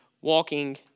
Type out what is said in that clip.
walking